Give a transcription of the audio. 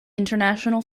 international